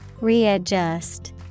Readjust